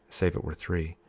save it were three,